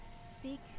Speak